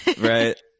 Right